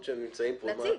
נציג.